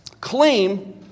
claim